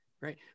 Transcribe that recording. right